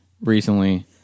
recently